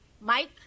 Mike